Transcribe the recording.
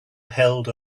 held